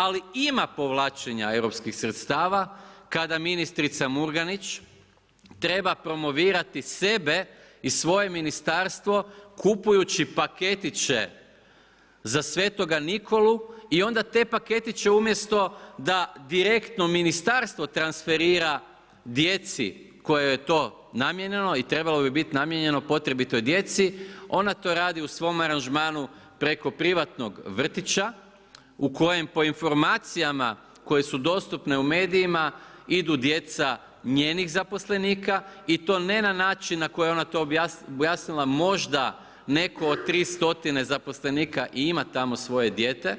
Ali ima povlačenja europskih sredstava kada ministrica Murganić treba promovirati sebe i svoje ministarstvo kupujući paketiće za Sv. Nikolu i onda te paketiće umjesto da direktno ministarstvo transferira djeci kojoj je to namijenjeno i trebalo bi biti namijenjeno potrebitoj djeci, ona to radi u svom aranžmanu preko privatnog vrtića u kojem po informacijama koje su dostupne u medijima idu djeca njenih zaposlenika i to ne na način na koji je ona to objasnila, možda netko od 300 zaposlenika i ima tamo svoje dijete,